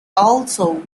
also